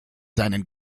seinen